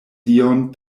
dion